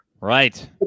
right